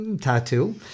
tattoo